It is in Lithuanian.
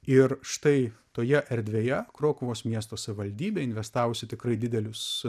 ir štai toje erdvėje krokuvos miesto savivaldybė investavusi tikrai didelius